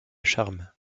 charmes